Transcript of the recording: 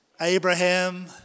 Abraham